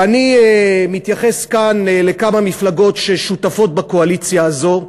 ואני מתייחס כאן לכמה מפלגות ששותפות בקואליציה הזו,